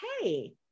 hey